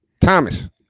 Thomas